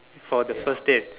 for the first date